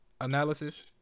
analysis